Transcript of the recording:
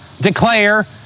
declare